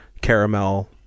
caramel